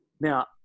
Now